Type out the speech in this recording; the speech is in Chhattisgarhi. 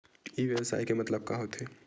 ई व्यवसाय के मतलब का होथे?